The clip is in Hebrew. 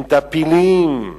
הם טפילים,